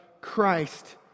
Christ